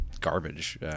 garbage